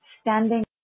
standing